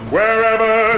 Wherever